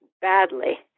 badly